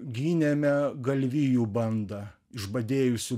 ginėme galvijų bandą išbadėjusių